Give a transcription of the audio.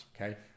okay